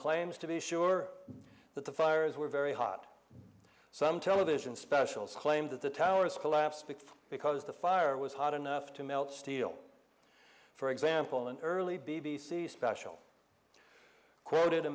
claims to be sure that the fires were very hot some television specials claimed that the towers collapsed because because the fire was hot enough to melt steel for example an early b b c special quoted a